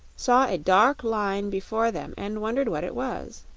saw a dark line before them and wondered what it was.